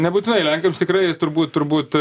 nebūtinai lenkams tikrai turbūt turbūt